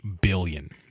billion